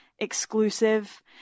exclusive